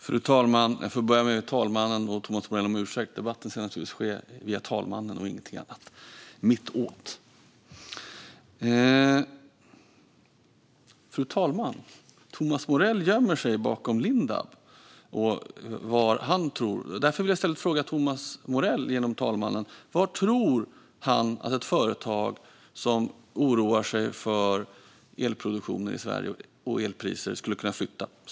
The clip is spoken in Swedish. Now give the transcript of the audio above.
Fru talman! Jag får börja med att be talmannen och Thomas Morell om ursäkt. Debatten ska naturligtvis ske via talmannen och ingenting annat - mittåt! Fru talman! Thomas Morell gömmer sig bakom Lindab och vad han själv tror. Därför vill jag i stället genom talmannen fråga Thomas Morell: Vart tror han att ett företag som oroar sig för elproduktionen och elpriserna i Sverige skulle kunna flytta?